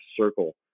circle